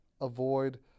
avoid